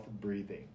breathing